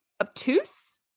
obtuse